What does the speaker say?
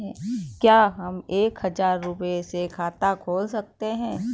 क्या हम एक हजार रुपये से खाता खोल सकते हैं?